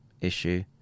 issue